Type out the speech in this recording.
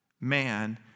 man